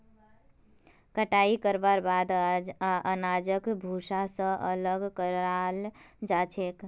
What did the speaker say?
कटाई करवार बाद अनाजक भूसा स अलग कराल जा छेक